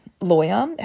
lawyer